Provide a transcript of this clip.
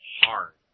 hard